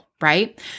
Right